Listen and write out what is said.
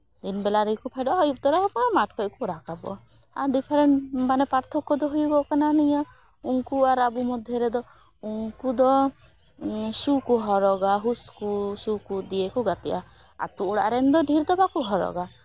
ᱫᱤᱱ ᱵᱮᱞᱟ ᱨᱮᱜᱮ ᱠᱚ ᱯᱷᱮᱰᱚᱜᱼᱟ ᱟᱹᱭᱩᱵ ᱛᱚᱨᱟ ᱢᱟᱴᱷ ᱠᱷᱚᱱ ᱠᱚ ᱨᱟᱠᱟᱵᱚᱜᱼᱟ ᱟᱨ ᱰᱤᱯᱷᱟᱨᱮᱱ ᱢᱟᱱᱮ ᱯᱟᱨᱛᱷᱚᱠᱠᱚ ᱫᱚ ᱦᱩᱭᱩᱜᱚᱜ ᱠᱟᱱᱟ ᱱᱤᱭᱟᱹ ᱩᱝᱠᱩ ᱟᱨ ᱟᱵᱚ ᱢᱚᱫᱽᱫᱷᱮ ᱨᱮᱫᱚ ᱩᱝᱠᱩ ᱫᱚ ᱥᱩ ᱠᱚ ᱦᱚᱨᱚᱜᱟ ᱦᱩᱥ ᱠᱚ ᱥᱩ ᱠᱚ ᱫᱤᱭᱮ ᱠᱚ ᱜᱟᱛᱮᱜᱼᱟ ᱟ ᱛᱩ ᱚᱲᱟᱜ ᱨᱮᱱ ᱫᱚ ᱰᱷᱮᱨ ᱫᱚ ᱵᱟᱠᱚ ᱦᱚᱨᱚᱜᱟ